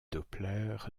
doppler